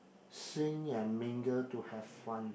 sing and mingle to have fun